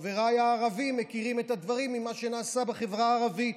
חבריי הערבים מכירים את הדברים ממה שנעשה בחברה הערבית.